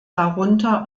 darunter